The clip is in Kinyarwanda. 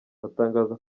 batangaza